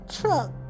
truck